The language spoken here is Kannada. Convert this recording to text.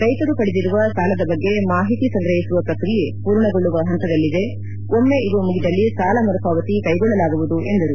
ರೈತರು ಪಡೆದಿರುವ ಸಾಲದ ಬಗ್ಗೆ ಮಾಹಿತಿ ಸಂಗ್ರಹಿಸುವ ಪ್ರಕ್ರಿಯೆ ಪೂರ್ಣಗೊಳ್ಳುವ ಹಂತದಲ್ಲಿದೆ ಒಮ್ಮೆ ಇದು ಮುಗಿದಲ್ಲಿ ಸಾಲ ಮರುಪಾವತಿ ಕೈಗೊಳ್ಳಲಾಗುವುದು ಎಂದರು